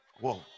Whoa